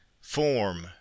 form